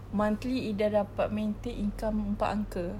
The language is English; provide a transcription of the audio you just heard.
monthly ida dapat maintain income empat angka